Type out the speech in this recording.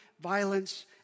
violence